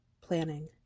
planning